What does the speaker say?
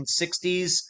1960s